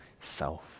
self